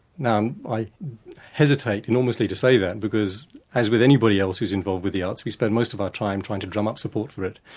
now i hesitate enormously to say that, because as with anybody else who's involved with the arts, we spend most of our time trying to drum up support for it,